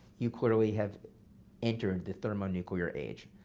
you clearly have entered the thermonuclear age.